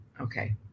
Okay